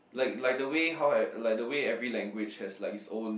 like like the way how I like the way every language has like it own